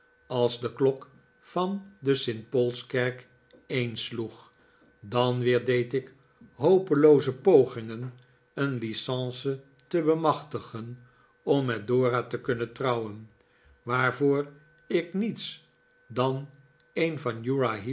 als de klok van de st paulskerk een sloeg dan weer deed ik hopelooze pogingen een licence te bemachtigen om met dora te kunnen trouwen waarvoor ik niets dan een van